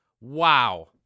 Wow